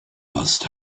must